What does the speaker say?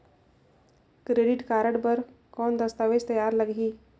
Credit card बर कौन दस्तावेज तैयार लगही?